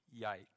Yikes